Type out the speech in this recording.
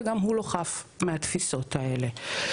וגם הוא לא חף מהתפיסות האלה.